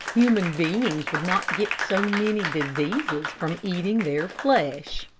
human beings would not get so many diseases from eating their flesh.